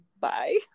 bye